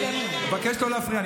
אני מבקש לא להפריע.